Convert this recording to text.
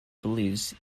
believes